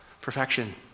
Perfection